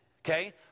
okay